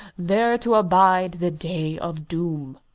there to abide the day of doom.